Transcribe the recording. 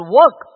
work